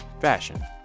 fashion